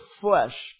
flesh